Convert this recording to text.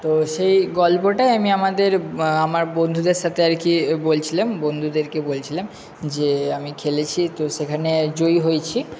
তো সেই গল্পটাই আমি আমাদের আমার বন্ধুদের সাথে আর কি বলছিলাম বন্ধুদেরকে বলছিলাম যে আমি খেলেছি তো সেখানে জয়ী হয়েছি